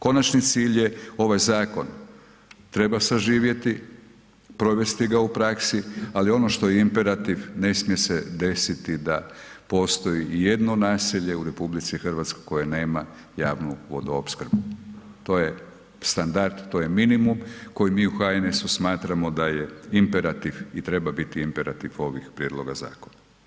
Konačni cilj je ovaj zakon treba saživjeti, provesti ga u praksi ali ono što je imperativ ne smije se desiti da postoji i jedno naselje u RH koje nema javnu vodoopskrbu, to je standard, to je minimum koji mi u HNS-u smatramo da je imperativ i treba biti imperativ ovih prijedloga zakona.